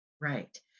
Right